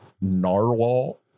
narwhal